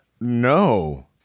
no